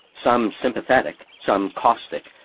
some sympathetic, some caustic,